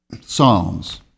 Psalms